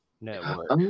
network